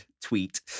tweet